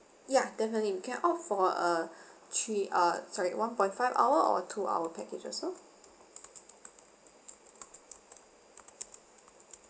ya definitely you can opt for a three uh sorry one point five hour or two hour package also